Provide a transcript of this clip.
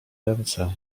ręce